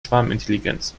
schwarmintelligenz